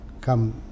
come